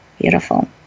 beautiful